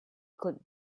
could